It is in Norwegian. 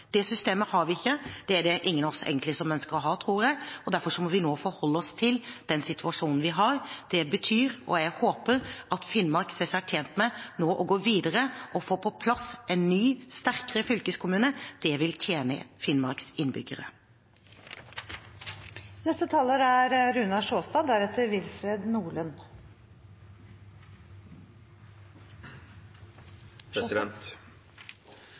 Det systemet har vi ikke. Det tror jeg egentlig ingen av oss ønsker å ha. Derfor må vi nå forholde oss til den situasjonen vi har. Det betyr – og jeg håper Finnmark nå ser seg tjent med det – å gå videre og få på plass en ny, sterkere fylkeskommune. Det vil tjene Finnmarks